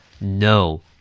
No